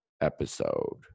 episode